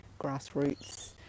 grassroots